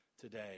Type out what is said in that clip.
today